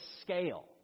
scale